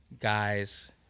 guys